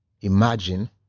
imagine